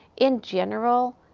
in general,